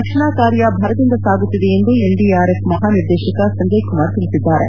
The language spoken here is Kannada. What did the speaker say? ರಕ್ಷಣಾ ಕಾರ್ಯ ಭರದಿಂದ ಸಾಗುತ್ತಿದೆ ಎಂದು ಎನ್ಡಿಆರ್ಎಫ್ ಮಹಾ ನರ್ದೇಶಕ ಸಂಜಯ್ ಕುಮಾರ್ ತಿಳಿಸಿದ್ದಾರೆ